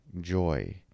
joy